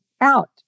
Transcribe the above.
out